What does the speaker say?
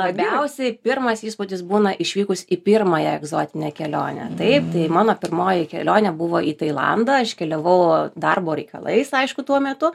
labiausiai pirmas įspūdis būna išvykus į pirmąją egzotinę kelionę taip tai mano pirmoji kelionė buvo į tailandą aš keliavau darbo reikalais aišku tuo metu